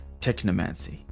technomancy